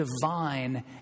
divine